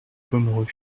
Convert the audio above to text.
pomereux